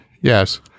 Yes